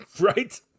right